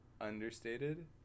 understated